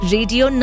Radio